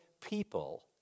people